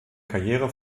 karriere